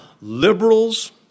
liberals